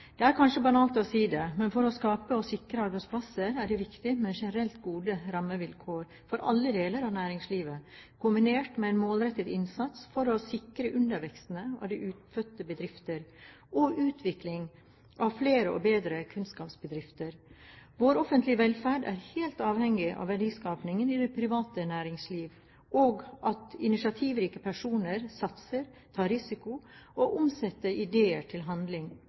Det er kanskje banalt å si det, men for å skape og sikre arbeidsplasser er det viktig med generelt gode rammevilkår for alle deler av næringslivet, kombinert med en målrettet innsats for å sikre undervekstene av ufødte bedrifter og utvikling av flere og bedre kunnskapsbedrifter. Vår offentlige velferd er helt avhengig av verdiskapingen i det private næringsliv, og av at initiativrike personer satser, tar risiko og omsetter ideer til handling.